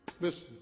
Listen